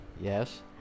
Yes